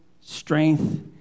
strength